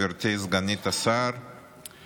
גברתי סגנית השר,